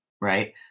Right